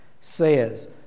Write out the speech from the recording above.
says